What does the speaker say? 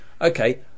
okay